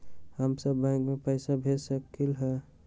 हम सब बैंक में पैसा भेज सकली ह?